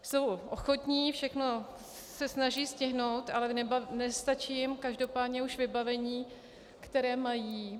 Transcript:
Jsou ochotní, všechno se snaží stihnout, ale nestačí jim každopádně už vybavení, které mají.